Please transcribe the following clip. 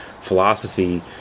philosophy